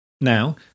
Now